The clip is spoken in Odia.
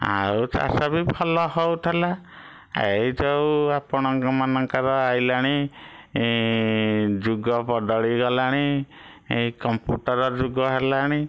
ଆଉ ଚାଷ ବି ଭଲ ହଉଥିଲା ଏଇଯେଉଁ ଆପଣ ମାନଙ୍କର ଆଇଲାଣି ଯୁଗ ବଦଳି ଗଲାଣି ଏଇ କମ୍ପୁଟର ଯୁଗ ହେଲାଣି